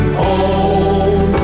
home